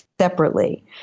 separately